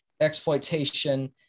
exploitation